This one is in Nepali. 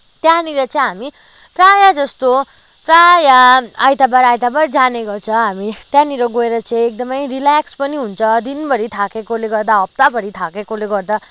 त्यहाँनिर चाहिँ हामी प्रायः जस्तो प्रायः आइतवार आइतवार जाने गर्छ हामी त्यहाँनिर गएर चाहिँ एकदमै रिलेक्स पनि हुन्छ दिनभरी थाकेकोले गर्दा हप्ताभरी थाकेकोले गर्दा